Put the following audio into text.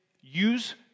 use